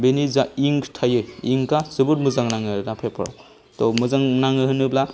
बिनि इंक थायो इंकआ जोबोद मोजां नाङो पेपाराव थ मोजां नाङो होनोब्ला